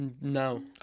no